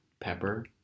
Pepper